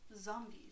Zombies